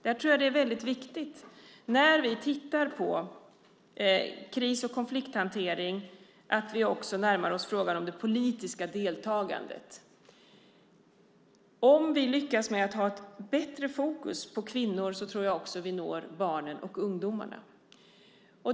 Jag tror att det är väldigt viktigt att vi, när vi tittar på kris och konflikthantering, också närmar oss frågan om det politiska deltagandet. Om vi lyckas ha bättre fokus på kvinnor tror jag att vi också når barnen och ungdomarna.